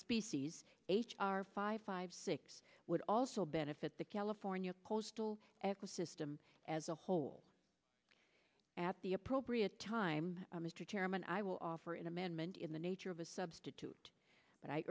species h r five five six would also benefit the california coastal eco system as a whole at the appropriate time mr chairman i will offer an amendment in the nature of a substitute but i